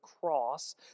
cross